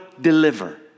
deliver